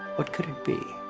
what could it be?